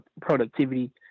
productivity